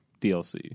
DLC